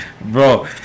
bro